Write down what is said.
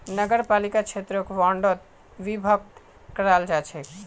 नगरपालिका क्षेत्रक वार्डोत विभक्त कराल जा छेक